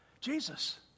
Jesus